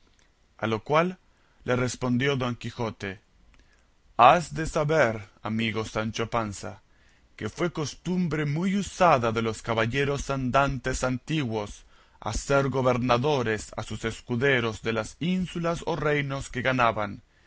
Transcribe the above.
a lo cual le respondió don quijote has de saber amigo sancho panza que fue costumbre muy usada de los caballeros andantes antiguos hacer gobernadores a sus escuderos de las ínsulas o reinos que ganaban